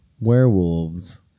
Werewolves